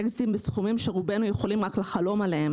אקזיטים בסכומים שרובנו יכולים רק לחלום עליהם